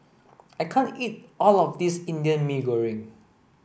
I can't eat all of this Indian Mee Goreng